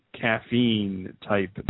caffeine-type